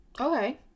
Okay